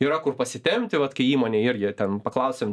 yra kur pasitempti vat kai įmonė irgi jie ten paklausėm